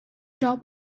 top